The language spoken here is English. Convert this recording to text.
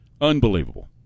Unbelievable